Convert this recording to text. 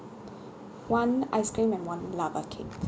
one ice cream and one lava cake